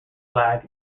flag